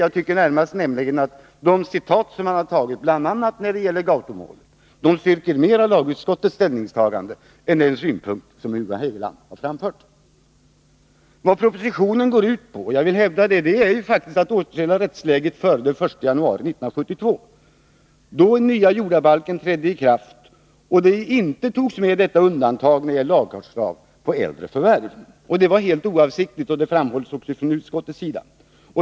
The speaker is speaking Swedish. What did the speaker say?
Jag tycker nämligen att de citat som han återgav, bl.a. när det gäller Gautomålet, mera styrker lagutskottets ställningstagande än den synpunkt som Hugo Hegeland här har framfört. Propositionen går faktiskt, jag vill gärna hävda det, ut på att återställa rättsläget till förhållandet före den 1 januari 1972, då den nya jordabalken trädde i kraft och detta undantag från lagfartskrav när det gäller äldre förvärv inte togs med. Det var helt oavsiktligt, och det framhålls också från utskottets sida.